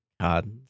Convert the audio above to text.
God